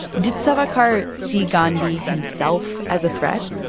did savarkar see gandhi himself as a threat?